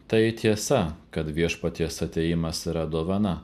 tai tiesa kad viešpaties atėjimas yra dovana